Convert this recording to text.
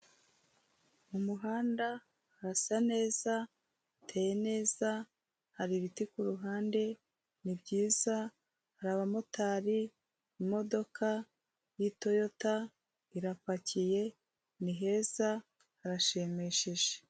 mumuhanda hasa neza uteye neza hari ibiti kuruhande nibyiza hari abamotari imodoka yi toyota irapakiye niheza harashimishije.